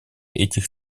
этих